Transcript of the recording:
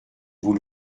vous